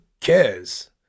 cares